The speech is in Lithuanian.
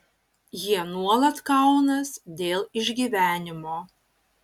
jie nuolat kaunas dėl išgyvenimo